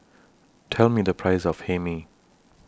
Tell Me The Price of Hae Mee